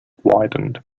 widened